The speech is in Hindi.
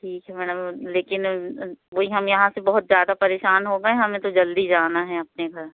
ठीक है मैडम लेकिन वही हम यहाँ से बहुत ज़्यादा परेशान हो गएँ हमें तो जल्दी जाना है अपने घर